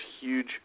huge